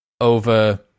over